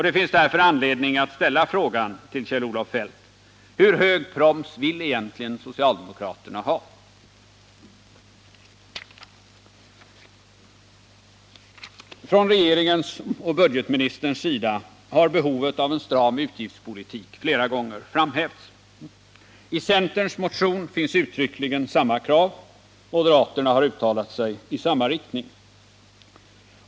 Det finns därför anledning att ställa frågan till Kjell-Olof Feldt: Hur hög proms vill egentligen socialdemokraterna ha? Från regeringens och budgetministerns sida har behovet av en stram utgiftspolitik Nera gånger framhävts. I centerns motion finns uttryckligen samma krav. Moderaterna har uttalat sig i samma riktning.